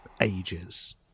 ages